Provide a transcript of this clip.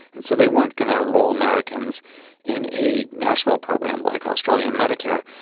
and so they weren't going to enrol americans in a national program like australian medicare,